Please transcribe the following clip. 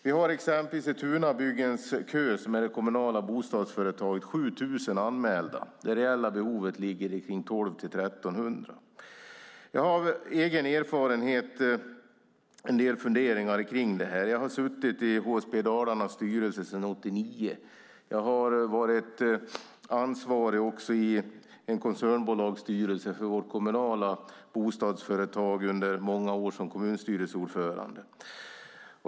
Vi har exempelvis i Tunabyggens kö - det är det kommunala bostadsföretaget - 7 000 anmälda. Det reella behovet ligger kring 1 200-1 300. Jag har egen erfarenhet av och en del funderingar kring detta. Jag har suttit i HSB Dalarnas styrelse sedan 1989. Jag har också varit ansvarig i en koncernbolagsstyrelse för vårt kommunala bostadsföretag under många år som kommunstyrelseordförande.